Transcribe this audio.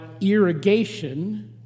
irrigation